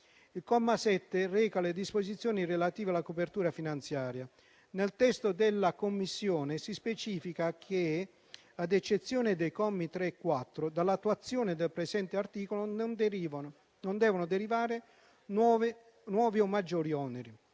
Il comma 7 reca le disposizioni relative alla copertura finanziaria. Nel testo della Commissione si specifica che, ad eccezione dei commi 3 e 4, dall'attuazione del presente articolo non devono derivare nuovi o maggiori oneri.